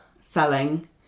selling